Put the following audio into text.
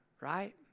right